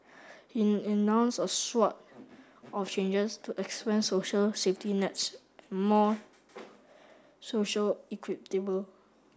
he announced a swathe of changes to expand social safety nets and more social equitable